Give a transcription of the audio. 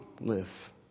live